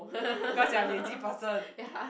because you are lazy person